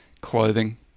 clothing